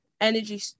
energy